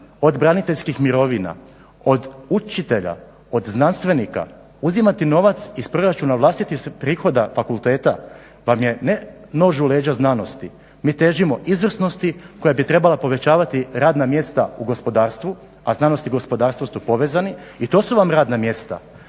od braniteljskih mirovina, od učitelja, od znanstvenika uzimati novac iz proračuna vlastitih prihoda fakulteta pa je ne nož u leđa znanosti, mi težimo izvrsnosti koja bi trebala povećavati radna mjesta u gospodarstvu, a znanost i gospodarstvo su povezani i to su vam radna mjesta.